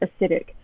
acidic